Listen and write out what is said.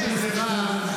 לא שזה רע,